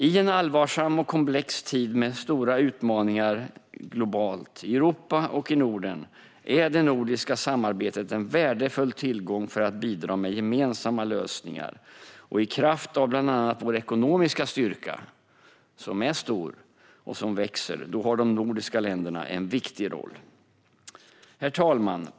I en allvarsam och komplex tid med stora utmaningar globalt, i Europa och i Norden är det nordiska samarbetet en värdefull tillgång för att bidra med gemensamma lösningar. I kraft av bland annat vår ekonomiska styrka, som är stor och växer, har de nordiska länderna en viktig roll. Herr talman!